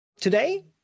Today